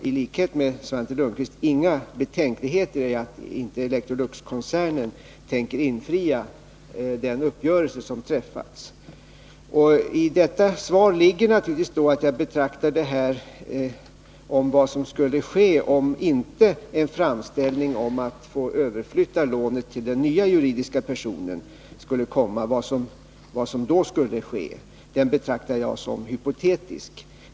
I likhet med Svante Lundkvist hyser jag inga tvivel om att Electroluxkoncernen tänker efterleva den uppgörelse som träffats. I detta svar ligger att jag betraktar frågeställningen, vad som skulle ske om en framställning om att få flytta över lånet till den nya juridiska personen inte skulle komma, som hypotetisk.